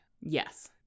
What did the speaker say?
yes